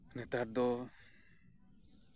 ᱱᱮᱛᱟᱨ ᱫᱚ